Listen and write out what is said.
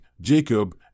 Jacob